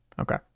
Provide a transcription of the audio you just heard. Okay